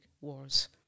wars